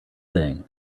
thing